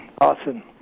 Awesome